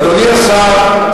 אדוני השר,